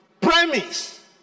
Premise